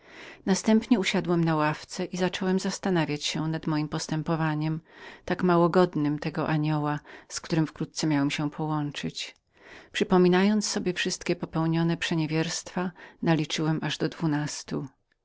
następnie usiadłem na ławce i zacząłem zastanawiać się nad mojem postępowaniem tak mało godnem tego anioła z którym wkrótce miałem na wieki się połączyć przypominając sobie wszystkie popełnione przeniewierzenia naliczyłem aż do dwunastu